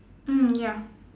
mm ya